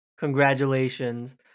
congratulations